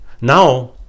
Now